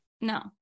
No